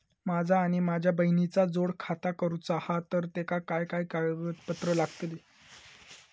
माझा आणि माझ्या बहिणीचा जोड खाता करूचा हा तर तेका काय काय कागदपत्र लागतली?